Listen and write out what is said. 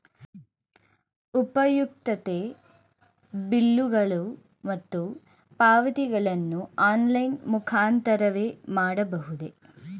ಉಪಯುಕ್ತತೆ ಬಿಲ್ಲುಗಳು ಮತ್ತು ಪಾವತಿಗಳನ್ನು ಆನ್ಲೈನ್ ಮುಖಾಂತರವೇ ಮಾಡಬಹುದೇ?